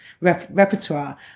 repertoire